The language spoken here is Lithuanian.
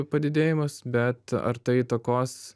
padidėjimas bet ar tai įtakos